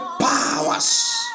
powers